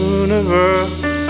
universe